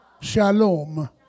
shalom